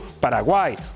Paraguay